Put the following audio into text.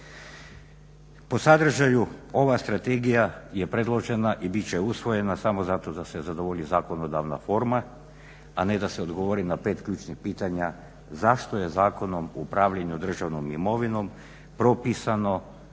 Po sadržaju ova strategija je predložena i bit će usvojena samo zato da se zadovolji zakonodavna forma, a ne da se odgovori na pet ključnih pitanja zašto je Zakonom o upravljanju državnom imovinom propisano